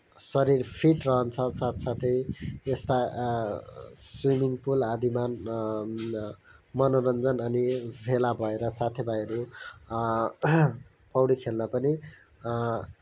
शरीर फिट रहन्छ साथसाथै यस्ता स्विमिङ पुल आदिमा मनोरञ्जन अनि भेला भएर साथीभाइहरू पौडी खेल्न पनि